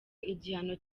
igihano